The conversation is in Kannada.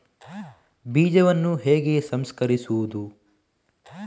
ಬೀಜವನ್ನು ಹೇಗೆ ಸಂಸ್ಕರಿಸುವುದು?